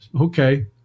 Okay